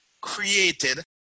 created